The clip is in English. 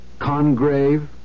Congrave